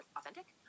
authentic